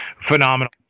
phenomenal